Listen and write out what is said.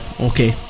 Okay